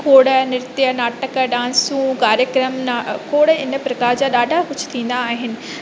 खोड़ नृत्य नाटक डांसूं कार्यक्रम न खोड़ इन प्रकार जा ॾाढा कुझु थींदा आहिनि